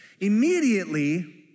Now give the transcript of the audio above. Immediately